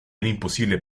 imposible